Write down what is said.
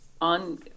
on